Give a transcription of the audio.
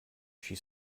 she